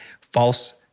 false